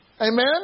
Amen